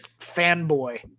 fanboy